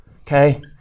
Okay